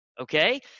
Okay